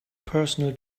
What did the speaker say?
personal